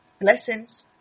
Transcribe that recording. Blessings